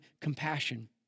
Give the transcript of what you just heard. compassion